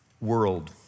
world